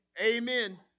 amen